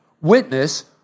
witness